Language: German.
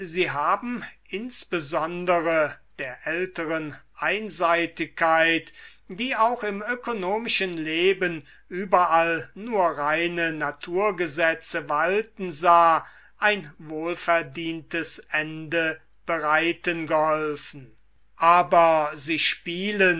sie haben insbesondere der älteren einseitigkeit die auch im ökonomischen leben überall nur reine naturgesetze walten sah ein wohlverdientes ende bereiten geholfen aber sie spielen